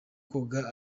koga